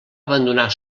abandonar